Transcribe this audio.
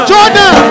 Jordan